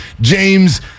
James